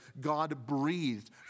God-breathed